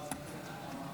בבקשה.